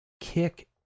kick